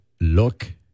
look